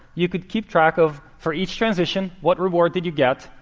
you could keep track of, for each transition, what reward did you get?